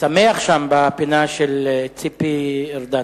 שמח שם, בפינה של ציפי ארדן.